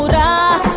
ha